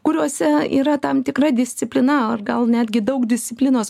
kuriuose yra tam tikra disciplina ar gal netgi daug disciplinos